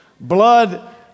Blood